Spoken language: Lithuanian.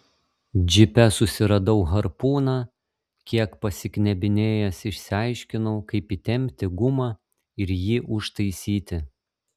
džipe susiradau harpūną kiek pasiknebinėjęs išsiaiškinau kaip įtempti gumą ir jį užtaisyti